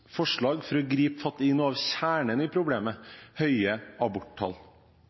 forslag for å gripe fatt i noe av kjernen i problemet: høye aborttall.